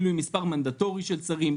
אפילו עם מספר מנדטורי של שרים,